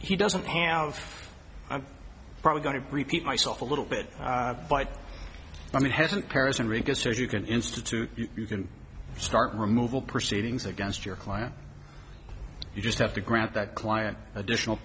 he doesn't have i'm probably going to repeat myself a little bit by i mean hasn't paris and rigorous as you can institute you can start removal proceedings against your client you just have to grant that client additional